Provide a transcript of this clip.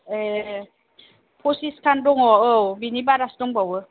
ए पसिसखान दङ औ बेनि बारासो दंबावो